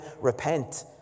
repent